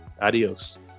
Adios